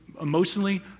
emotionally